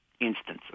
instances